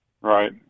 Right